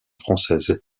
française